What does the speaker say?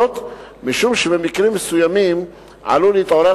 משום שבמקרים מסוימים עלול להתעורר